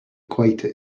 equator